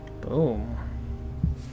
Boom